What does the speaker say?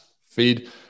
feed